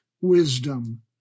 wisdom